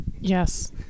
Yes